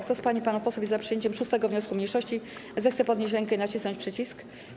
Kto z pań i panów posłów jest za przyjęciem 6. wniosku mniejszości, zechce podnieść rękę i nacisnąć przycisk.